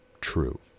true